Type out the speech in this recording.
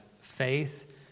faith